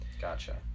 Gotcha